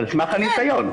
על סמך הניסיון.